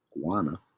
guana